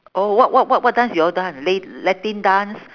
oh what what what what dance you all dance la~ latin dance